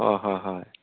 অঁ হয় হয়